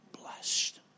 blessed